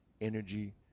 energy